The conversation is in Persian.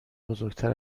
بزرگتر